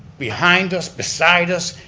behind us, beside us,